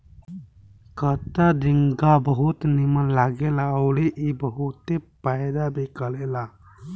कच्चा झींगा बहुत नीमन लागेला अउरी ई बहुते फायदा भी करेला